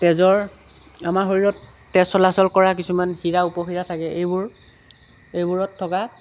তেজৰ আমাৰ শৰীৰত তেজ চলাচল কৰা কিছুমান শিৰা উপশিৰা থাকে এইবোৰ এইবোৰত থকা